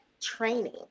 training